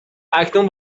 اکنون